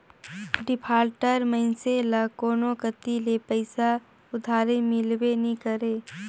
defaulter मइनसे ल कोनो कती ले पइसा उधारी मिलबे नी करे